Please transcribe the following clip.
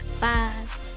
Five